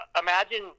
imagine